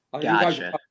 Gotcha